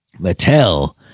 Mattel